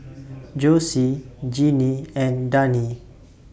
Jossie Genie and Dani